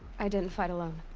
i didn't fight alone.